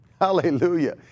Hallelujah